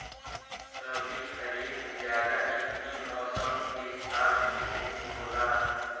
रबी, खरीफ, जायद इ तीन मौसम के हिसाब से खेती होखेला